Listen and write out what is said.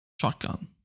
shotgun